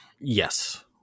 Yes